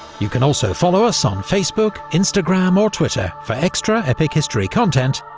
you can also follow us on facebook, instagram or twitter for extra epic history content,